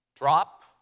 Drop